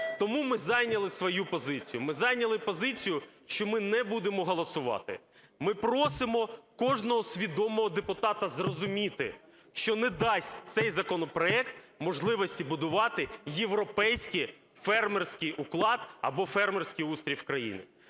Тому ми зайняли свою позицію, ми зайняли позицію, що ми не будемо голосувати. Ми просимо кожного свідомого депутата зрозуміти, що не дасть цей законопроект можливості будувати європейський фермерський уклад або фермерський устрій в країні.